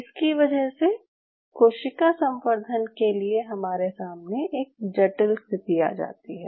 इसकी वजह से कोशिका संवर्धन के लिए हमारे सामने एक जटिल स्थिति आ जाती है